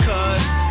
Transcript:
Cause